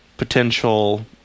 potential